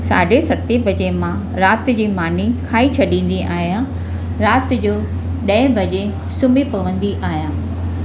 साढे सतें बजे मां राति जी मानी खाई छॾींदी आहियां राति जो ॾहें बजे सुम्ही पवंदी आहियां